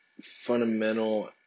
fundamental